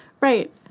Right